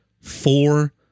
four